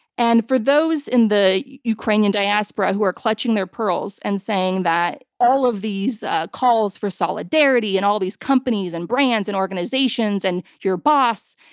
and for those in the ukrainian diaspora who are clutching their pearls and saying that all of these calls for solidarity, and all these companies, and brands, and organizations, and your boss,